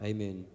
Amen